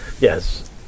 Yes